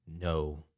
No